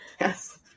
Yes